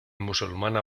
musulmana